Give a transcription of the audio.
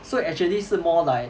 so actually 是 more like